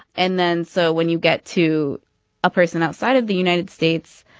and then so when you get to a person outside of the united states,